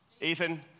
Ethan